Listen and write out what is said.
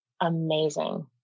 amazing